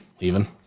Leaving